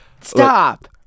stop